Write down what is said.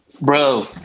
bro